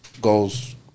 goes